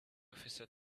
officer